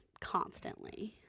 constantly